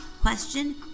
question